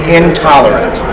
intolerant